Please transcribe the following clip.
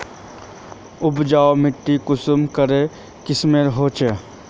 उपजाऊ माटी कुंसम करे किस्मेर होचए?